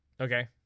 Okay